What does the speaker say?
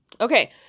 Okay